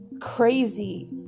crazy